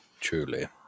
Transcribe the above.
Truly